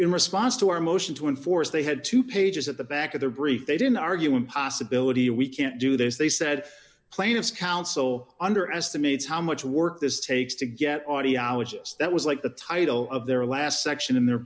in response to our motion to enforce they had two pages at the back of their brief they didn't argue in possibility we can't do this they said plaintiffs counsel underestimates how much work this takes to get audiologist that was like the title of their last section in the